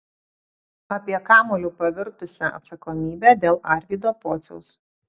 apie kamuoliu pavirtusią atsakomybę dėl arvydo pociaus